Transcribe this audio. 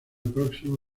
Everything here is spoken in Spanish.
próximo